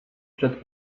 przed